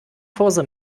kurse